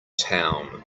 town